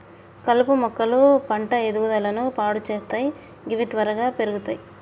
కలుపు మొక్కలు పంట ఎదుగుదలను పాడు సేత్తయ్ గవి త్వరగా పెర్గుతయ్